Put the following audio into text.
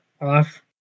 off